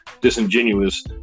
disingenuous